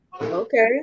Okay